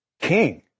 king